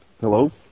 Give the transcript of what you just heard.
Hello